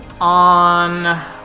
on